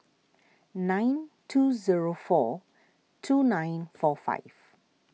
nine two zero four two nine four five